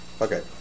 Okay